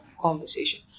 conversation